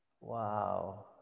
Wow